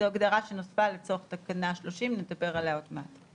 זו הגדרה שנוספה לצורך תקנה 30. נדבר עליה עוד מעט.